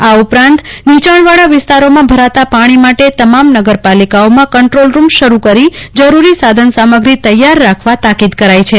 આ ઉપરાંત નીયાણવાળા વિસ્તારોમાં ભરતો પાણી માટે તમામ નગર પાલિકાઓમાં કંટ્રોલ રૂમ શરુ કરી જરૂરી સાધન સામગ્રી તૈયાર રાખવા તાકીદ કજરી છે